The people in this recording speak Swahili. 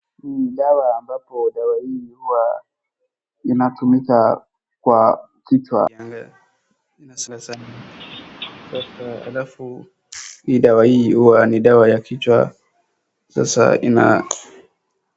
Hii ni dawa ambapo dawa hii huwa inatumika kwa kichwa. Sasa alafu hii dawa hii huwa ni dawa ya kichwa, sasa ina.